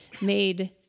made